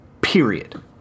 period